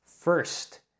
First